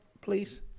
please